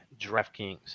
DraftKings